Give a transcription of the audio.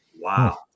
Wow